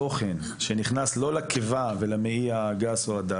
התוכן שנכנס לא לקיבה ולמעי הגס או הדק,